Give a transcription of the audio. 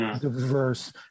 diverse